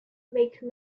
make